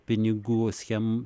pinigų schem